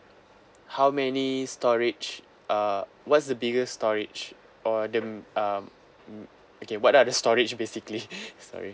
how many storage uh what's the bigger storage or the um mm okay what are the storage basically sorry